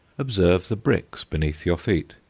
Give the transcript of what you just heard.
observe the bricks beneath your feet.